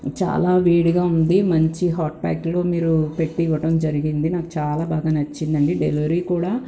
చాలా వేడిగా ఉంది మంచి హాట్ ప్యాక్లో మీరు పెట్టివ్వటం జరిగింది నాకు చాలా బాగా నచ్చిందండి డెలివరీ కూడా